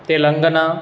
Telangana